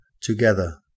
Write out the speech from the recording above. together